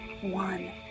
one